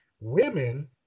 women